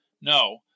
No